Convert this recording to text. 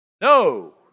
No